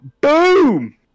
Boom